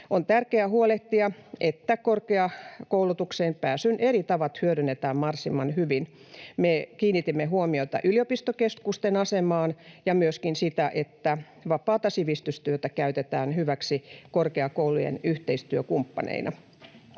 On tärkeää huolehtia, että korkeakoulutukseen pääsyn eri tavat hyödynnetään mahdollisimman hyvin. Me kiinnitimme huomiota yliopistokeskusten asemaan ja myöskin siihen, että vapaata sivistystyötä käytetään hyväksi korkeakoulujen yhteistyökumppaneina.